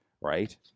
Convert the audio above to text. right